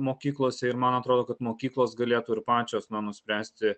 mokyklose ir man atrodo kad mokyklos galėtų ir pačios na nuspręsti